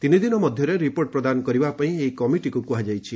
ତିନି ଦିନ ମଧ୍ୟରେ ରିପୋର୍ଟ ପ୍ରଦାନ କରିବା ପାଇଁ ଏହି କମିଟିକୁ କୁହାଯାଇଛି